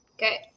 Okay